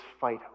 fight